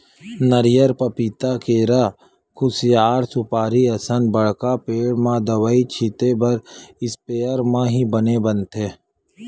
नरियर, पपिता, केरा, खुसियार, सुपारी असन बड़का पेड़ म दवई छिते बर इस्पेयर म ही बने बनथे